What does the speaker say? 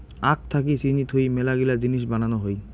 আখ থাকি চিনি যুত মেলাগিলা জিনিস বানানো হই